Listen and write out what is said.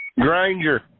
Granger